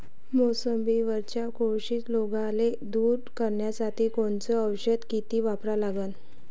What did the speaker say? मोसंबीवरच्या कोळशी रोगाले दूर करासाठी कोनचं औषध किती वापरा लागन?